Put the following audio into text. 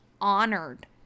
honored